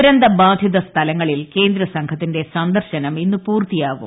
ദുരന്തബാധിത സ്ഥലങ്ങളിൽ കേന്ദ്ര സംഘത്തിന്റെ സന്ദർശനം ഇന്ന് പൂർത്തിയാവും